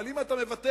אבל אם אתה מוותר,